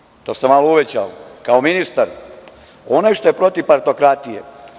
To piše on, to sam malo uvećao, kao ministar, onaj što je protiv partokratije.